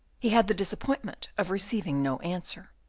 he had the disappointment of receiving no answer.